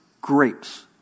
grapes